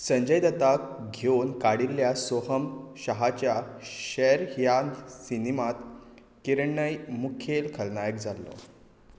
संजय दत्ताक घेवन काडिल्ल्या सोहम शाहाच्या शॅर ह्या सिनिमांत किरणै मुखेल खलनायक जाल्लो